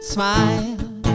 Smile